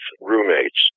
roommates